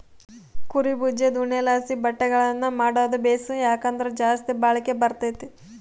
ಕುರೀ ಬುಜದ್ ಉಣ್ಣೆಲಾಸಿ ಬಟ್ಟೆಗುಳ್ನ ಮಾಡಾದು ಬೇಸು, ಯಾಕಂದ್ರ ಜಾಸ್ತಿ ಬಾಳಿಕೆ ಬರ್ತತೆ